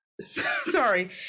Sorry